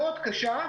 מאוד קשה,